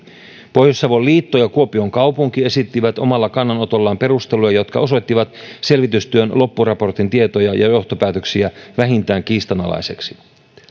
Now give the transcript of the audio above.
pohjois savon liitto ja kuopion kaupunki esittivät omassa kannanotossaan perusteluja jotka osoittivat selvitystyön loppuraportin tietoja ja johtopäätöksiä vähintään kiistanalaisiksi